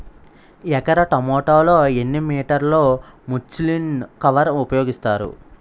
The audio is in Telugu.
ఎకర టొమాటో లో ఎన్ని మీటర్ లో ముచ్లిన్ కవర్ ఉపయోగిస్తారు?